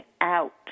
out